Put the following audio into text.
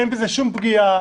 אין בזה שום פגיעה,